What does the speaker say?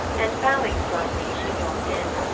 and bowing slightly she walked in.